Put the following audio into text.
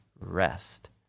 rest